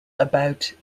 about